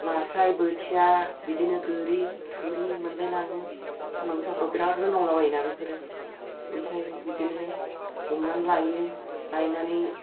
नास्राय बोथिया बिदिनो गोरि थुरि मोनलाय लाङो सानदुं गोसाफ्राव बिराद रोनावलाबायोना बेफोरो ओमफ्राय बिदिनो हमनानै लायो लायनानै